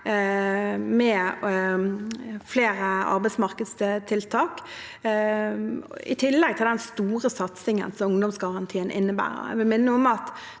med flere arbeidsmarkedstiltak i tillegg til den store satsingen som ungdomsgarantien innebærer.